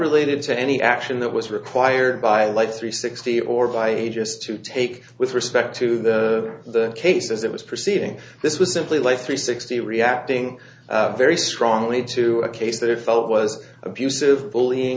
related to any action that was required by like three sixty or by ages to take with respect to the the case as it was proceeding this was simply like three sixty reacting very strongly to a case that it felt was abusive bullying